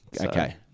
okay